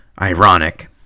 ironic